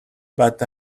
but